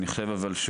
אבל,